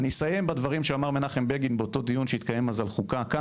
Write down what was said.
אסיים בדברים שאמר מנחם בגין באותו דיון שהתקיים אז על חוקה כאן